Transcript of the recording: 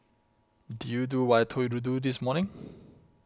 did you do what I told you to do this morning